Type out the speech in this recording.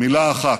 מילה אחת: